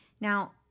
Now